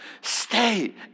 Stay